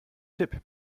tipp